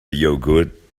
yogurt